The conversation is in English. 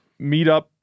meetup